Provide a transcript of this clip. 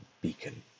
beacon